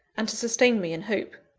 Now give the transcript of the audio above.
and to sustain me in hope.